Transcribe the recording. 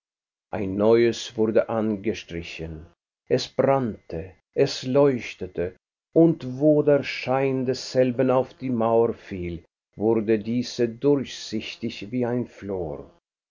ein neues wurde angestrichen es brannte es leuchtete und wo der schein desselben auf die mauer fiel wurde diese durchsichtig wie ein flor